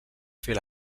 fer